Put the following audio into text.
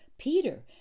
Peter